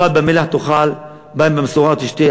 פת במלח תאכל ומים במשורה תשתה,